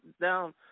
down